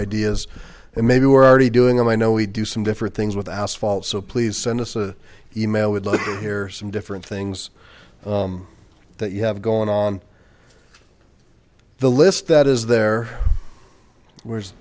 ideas and maybe we're already doing them i know we do some different things with asphalt so please send us a email we'd like to hear some different things that you have going on the list that is the